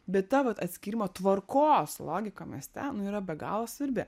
bet ta vat atskyrimo tvarkos logika mieste nu yra be galo svarbi